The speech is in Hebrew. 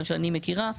כמו שאני מכירה,